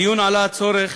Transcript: בדיון עלה צורך